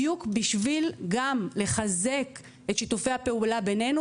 בדיוק בשביל לחזק את שיתופי הפעולה בינינו,